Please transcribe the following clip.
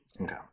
Okay